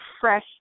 fresh